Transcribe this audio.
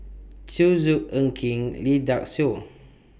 Zhu Xu Ng Eng Kee Lee Dai Soh